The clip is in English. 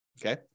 Okay